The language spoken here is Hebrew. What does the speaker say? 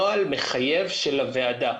נוהל מחייב של הוועדה.